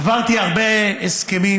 עברתי הרבה הסכמים,